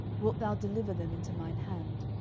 wilt thou deliver them into mine hand?